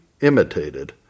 imitated